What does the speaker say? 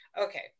Okay